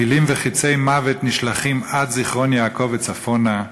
טילים וחצי מוות נשלחים עד זיכרון-יעקב וצפונה,